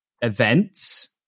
events